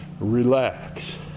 relax